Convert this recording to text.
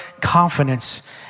confidence